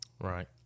Right